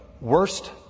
worst